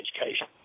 education